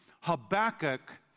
Habakkuk